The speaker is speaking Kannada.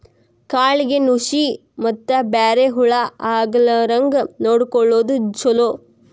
ಕಾಳಿಗೆ ನುಶಿ ಮತ್ತ ಬ್ಯಾರೆ ಹುಳಾ ಆಗ್ಲಾರಂಗ ನೊಡಕೊಳುದು ಚುಲೊ